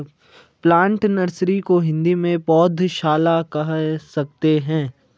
plant nursery को हिंदी में पौधशाला कह सकते हैं